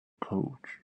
coach